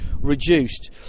reduced